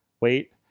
wait